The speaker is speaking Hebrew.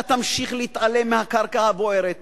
אתה תמשיך להתעלם מהקרקע הבוערת